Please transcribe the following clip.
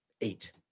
Eight